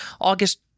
August